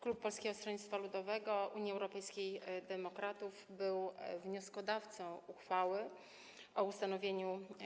Klub Polskiego Stronnictwa Ludowego - Unii Europejskich Demokratów był wnioskodawcą uchwały o ustanowieniu